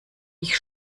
dich